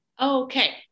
Okay